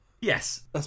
Yes